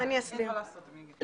אני אסביר.